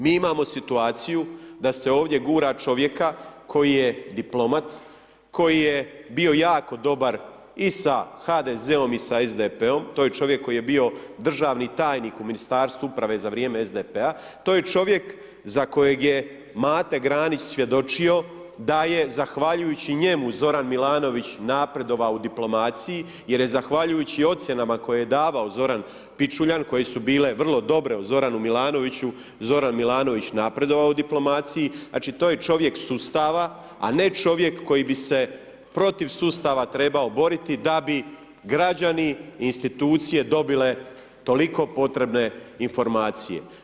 Mi imamo situaciju da se ovdje gura čovjeka koji je diplomat, koji je bi jako dobar i sa HDZ-om i sa SDP-om, to je čovjek koji je bio državni tajnik u Ministarstvu uprave za vrijeme SDP-a, to je čovjek za kojeg je Mate Granić svjedočio da je zahvaljujući njemu, Zoran Milanović napredovao u diplomaciji jer je zahvaljujući ocjenama koje je davao Zoran Pičuljan, koje su bile vrlo dobre Zoranu Milanoviću, Zoran Milanović napredovao u diplomaciji, znači to je čovjek sustava a ne čovjek koji bi se protiv sustava trebao boriti da bi građani i institucije dobile toliko potrebne informacije.